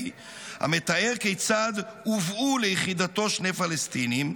המתאר כיצד הובאו ליחידתו שני פלסטינים,